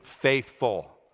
faithful